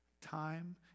time